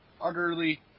utterly